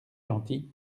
gentil